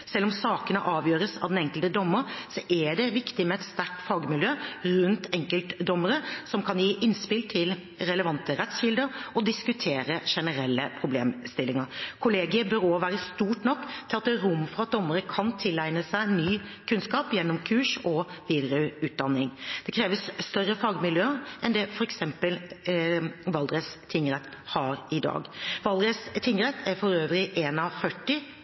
Selv om sakene avgjøres av den enkelte dommer, er det viktig med et sterkt fagmiljø rundt enkeltdommerne, som kan gi innspill til relevante rettskilder og diskutere generelle problemstillinger. Kollegiet bør også være stort nok til at det er rom for at dommerne kan tilegne seg ny kunnskap gjennom kurs og videreutdanning. Det krever større fagmiljøer enn det f.eks. Valdres tingrett har i dag. Valdres tingrett er for øvrig